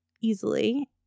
easily